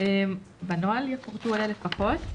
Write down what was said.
בנוהל יפורטו אלה לפחות: